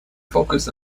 focus